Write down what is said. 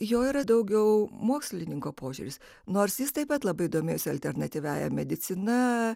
jo yra daugiau mokslininko požiūris nors jis taip pat labai domėjosi alternatyviąja medicina